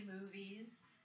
movies